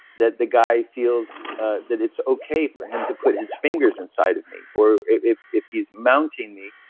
that the guy feels that it's okay for him to put his fingers inside of me? or, if if he's mounting me,